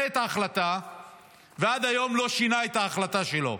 את ההחלטה ועד היום לא שינה את ההחלטה שלו,